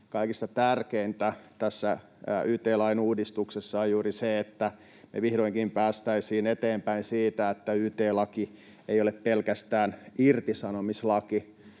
kaikista tärkeintä tässä yt-lain uudistuksessa on juuri se, että me vihdoinkin päästäisiin eteenpäin siitä, että yt-laki ei ole pelkästään irtisanomislaki,